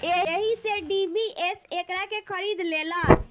एही से डी.बी.एस एकरा के खरीद लेलस